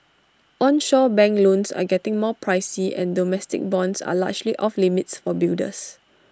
onshore bank loans are getting more pricey and domestic bonds are largely off limits for builders